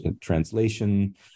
translation